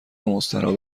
مستراح